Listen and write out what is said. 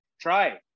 Try